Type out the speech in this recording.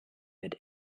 wird